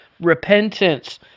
repentance